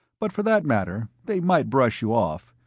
but for that matter, they might brush you off.